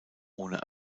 ohne